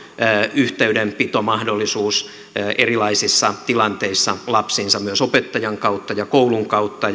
yhteydenpitomahdollisuus lapsiinsa erilaisissa tilanteissa myös opettajan ja koulun kautta